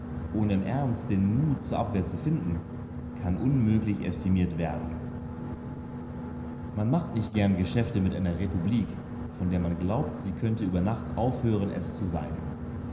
ohne im ernst den mut zur abwehr zu finden kann unmöglich estimiert werden man macht nicht gern geschäfte mit einer republik von der man glaubt sie könnte über nacht aufhören es zu sein